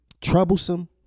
Troublesome